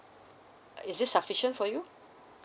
uh is it just sufficient for you